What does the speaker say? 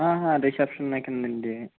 reception దాకానా అండీ